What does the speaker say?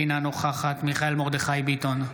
אינה נוכחת מיכאל מרדכי ביטון,